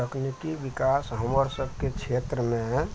तकनीकी विकास हमर सबके क्षेत्रमे